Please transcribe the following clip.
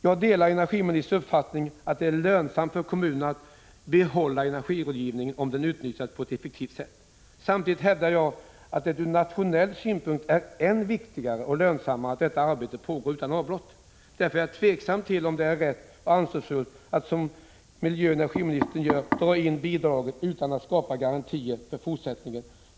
Jag delar energiministerns uppfattning att det är lönsamt för kommunerna att behålla energirådgivningen om den utnyttjas på ett effektivt sätt. Samtidigt hävdar jag att det ur nationell synpunkt är än viktigare och lönsammare att detta arbete pågår utan avbrott. Därför är jag tveksam till om det är rätt och ansvarsfullt att som miljöoch energiministern gör dra in bidraget utan att skapa garantier för fortsättningen.